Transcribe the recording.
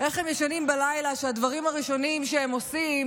איך הם ישנים בלילה כשהדברים הראשונים שהם עושים